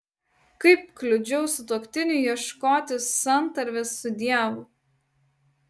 kaip kliudžiau sutuoktiniui ieškoti santarvės su dievu